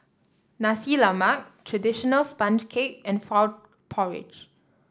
Nasi Lemak traditional sponge cake and Frog Porridge